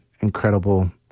incredible